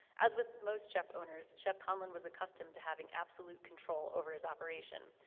as with most chef-owners, chef conlon was accustomed to having absolute control over his operation,